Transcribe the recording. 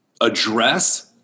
address